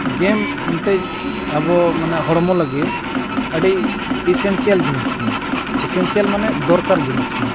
ᱜᱮᱢ ᱢᱤᱫᱴᱮᱡ ᱟᱵᱚ ᱢᱟᱱᱮ ᱦᱚᱲᱢᱚ ᱞᱟᱹᱜᱤᱫ ᱟᱹᱰᱤ ᱮᱥᱮᱱᱥᱤᱭᱟᱞ ᱡᱤᱱᱤᱥ ᱠᱟᱱᱟ ᱮᱥᱮᱱᱥᱤᱭᱟᱞ ᱢᱟᱱᱮ ᱫᱚᱨᱠᱟᱨ ᱡᱤᱱᱤᱥ ᱠᱟᱱᱟ